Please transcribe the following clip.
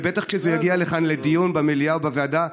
ובטח כשזה יגיע לכאן לדיון במליאה או בוועדה.